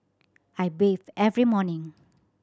I bathe every morning